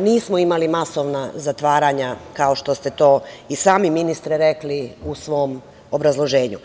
nismo imali masovna zatvaranja, kao što ste to i sami, ministre, rekli u svom obrazloženju.